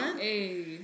Hey